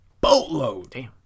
boatload